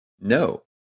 No